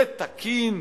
זה תקין?